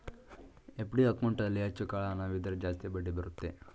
FD ಅಕೌಂಟಲ್ಲಿ ಹೆಚ್ಚು ಕಾಲ ಹಣವಿದ್ದರೆ ಜಾಸ್ತಿ ಬಡ್ಡಿ ಬರುತ್ತೆ